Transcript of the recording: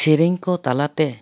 ᱥᱮᱨᱮᱧ ᱠᱚ ᱛᱟᱞᱟ ᱛᱮ